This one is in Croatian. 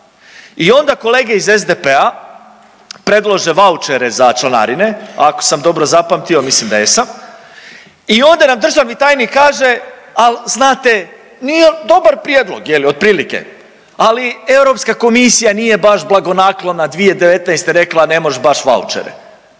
I onda kolege iz SDP-a predlože vaučere za članarine, ako sam dobro zapamtio mislim da jesam i ovdje nam državni tajnik kaže ali znate nije li, dobar prijedlog je li otprilike, ali Europska komisija nije baš blagonaklona 2019. rekla ne mož baš vaučere.